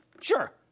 Sure